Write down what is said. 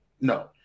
No